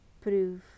proof